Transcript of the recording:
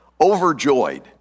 overjoyed